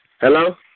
Hello